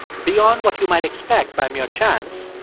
beyond what you might expect by mere chance.